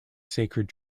sacred